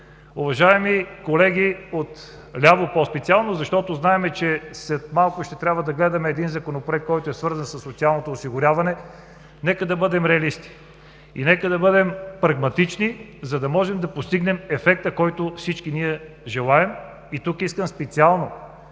Уважаеми колеги, по-специално от ляво, знаем, че след малко ще трябва да гледаме един Законопроект, който е свързан със социалното осигуряване, нека да бъдем реалисти и прагматични, за да можем да постигнем ефекта, който всички ние желаем. И тук искам специално